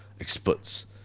experts